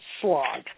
slog